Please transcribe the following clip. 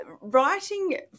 writing